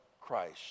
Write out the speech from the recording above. Christ